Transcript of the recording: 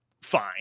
Fine